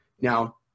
Now